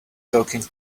talking